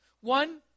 One